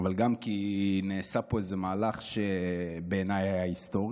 אבל גם כי נעשה פה איזה מהלך שבעיניי היה היסטורי.